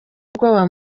ubwoba